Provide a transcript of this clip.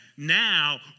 Now